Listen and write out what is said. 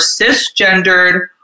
cisgendered